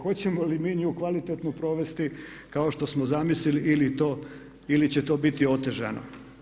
Hoćemo li mi nju kvalitetno provesti kao što smo zamislili ili će to biti otežano.